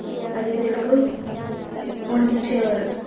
అతిథులకు వండిచ్చేవారు